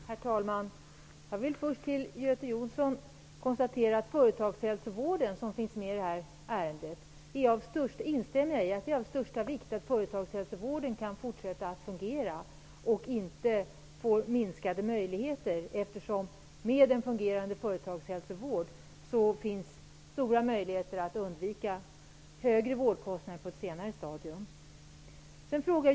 Herr talman! Jag vill först instämma med Göte Jonsson i att det är av största vikt att företagshälsovården, som behandlas i det här betänkandet, kan fortsätta att fungera och inte får minskade möjligheter. Med en fungerande företagshälsovård finns stora möjligheter att undvika högre vårdkostnader på ett senare stadium.